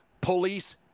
police